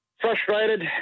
Frustrated